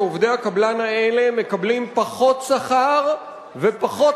שעובדי הקבלן האלה מקבלים פחות שכר ופחות